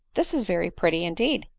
this is very pretty, indeed!